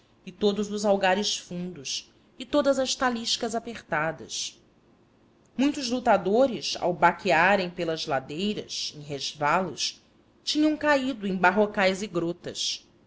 e todos os algares fundos e todas as taliscas apertadas muitos lutadores ao baquearem pelas ladeiras em resvalos tinham caído em barrocais e grotas